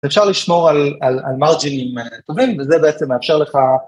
אפשר לשמור על מרג'ינים טובים, וזה בעצם מאפשר לך...